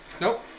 Nope